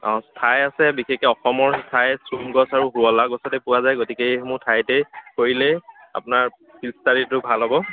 অ' ঠাই আছে বিশেষকৈ অসমৰ ঠাই চোম গছ আৰু শুৱালা গছতে পোৱা যায় গতিকে সেইসমূহ ঠাইতেই কৰিলেই আপোনাৰ ফিল্ড ষ্টাডিটো ভাল হ'ব